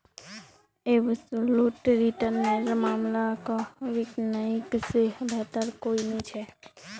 absolute return नेर मामला क बिटकॉइन से बेहतर कोई नी छे